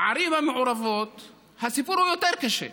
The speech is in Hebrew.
בערים המעורבות הסיפור יותר קשה.